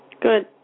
Good